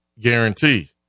guarantee